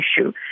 issue